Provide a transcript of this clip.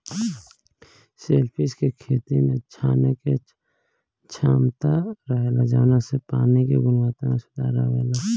shellfish के खेती में छाने के क्षमता रहेला जवना से पानी के गुणवक्ता में सुधार अवेला